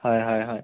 হয় হয় হয়